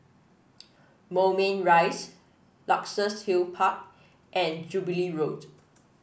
Moulmein Rise Luxus Hill Park and Jubilee Road